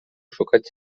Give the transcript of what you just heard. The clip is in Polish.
szukać